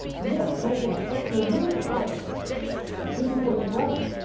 yes, does it affect your willpower to do what is right?